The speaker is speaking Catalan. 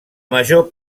major